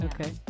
okay